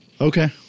Okay